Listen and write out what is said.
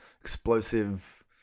explosive